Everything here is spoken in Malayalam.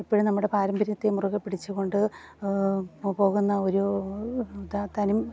ഇപ്പോഴും നമ്മുടെ പാരമ്പര്യത്തെ മുറുകെപ്പിടിച്ചുകൊണ്ട് പോകുന്ന ഒരു തനി